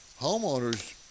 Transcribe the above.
homeowners